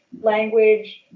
language